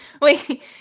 Wait